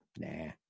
Nah